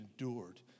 endured